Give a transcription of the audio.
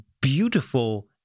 beautiful